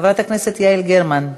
חברת הכנסת יעל גרמן.